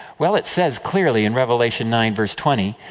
well, it says clearly, in revelation nine, verse twenty,